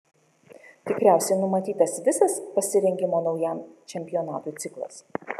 tikriausiai numatytas visas pasirengimo naujam čempionatui ciklas